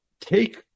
take